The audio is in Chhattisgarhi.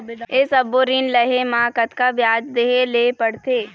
ये सब्बो ऋण लहे मा कतका ब्याज देहें ले पड़ते?